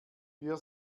wir